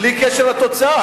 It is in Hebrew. בלי קשר לתוצאה.